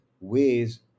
ways